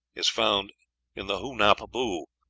is found in the hu-nap-bu,